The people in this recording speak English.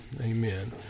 amen